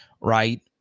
right